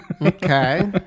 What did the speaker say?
Okay